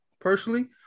personally